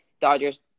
Dodgers